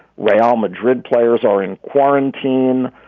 real madrid players are in quarantine.